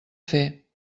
fer